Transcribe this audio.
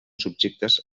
subjectes